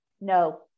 no